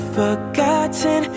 forgotten